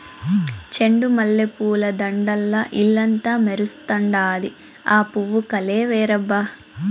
చెండు మల్లె పూల దండల్ల ఇల్లంతా మెరుస్తండాది, ఆ పూవు కలే వేరబ్బా